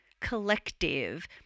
Collective